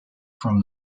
from